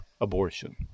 abortion